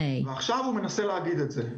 ועכשיו הוא מנסה להגיד את זה.